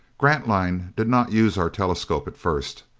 grantline did not use our telescope at first.